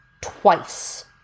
twice